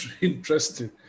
Interesting